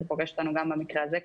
זה פוגש אותנו גם במקרה הזה.